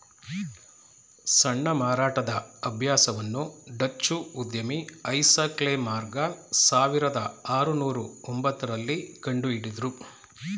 ಸಣ್ಣ ಮಾರಾಟದ ಅಭ್ಯಾಸವನ್ನು ಡಚ್ಚು ಉದ್ಯಮಿ ಐಸಾಕ್ ಲೆ ಮಾರ್ಗ ಸಾವಿರದ ಆರುನೂರು ಒಂಬತ್ತ ರಲ್ಲಿ ಕಂಡುಹಿಡುದ್ರು